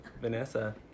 Vanessa